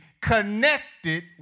connected